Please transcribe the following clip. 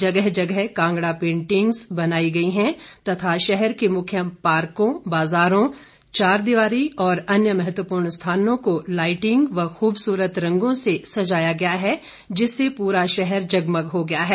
जगह जगह कांगड़ा पेंटिंगस बनाई गई है तथा शहर के मुख्य पार्को बाजारों चार दीवारी और अन्य महत्वपूर्ण स्थानों को लाईटिंग और खूबसूरत रंगों से सजाया गया है जिससे पूरा शहर जगमग हो गया है